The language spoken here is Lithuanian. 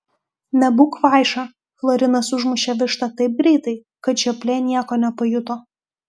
nebūk kvaiša florinas užmušė vištą taip greitai kad žioplė nieko nepajuto